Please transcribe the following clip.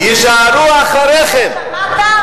יישארו אחריכם, שמעת?